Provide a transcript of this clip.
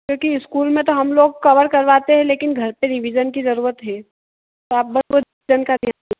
क्योंकि इस्कूल में तो हम लोग कवर करवाते हैं लेकिन घर पर रिवीजन की ज़रूरत भी है आप ब ब रिवीजन क क